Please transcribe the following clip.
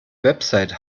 website